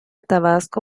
tabasco